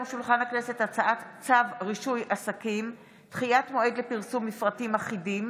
הצעת צו רישוי עסקים (דחיית מועד לפרסום מפרטים אחידים),